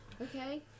Okay